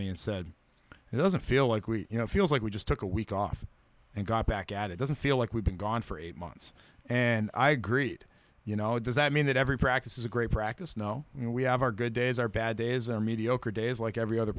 me and said it doesn't feel like we you know feels like we just took a week off and got back at it doesn't feel like we've been gone for eight months and i agreed you know does that mean that every practice is a great practice no and we have our good days are bad is a mediocre day is like every other